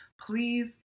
please